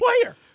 player